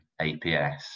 aps